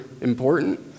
important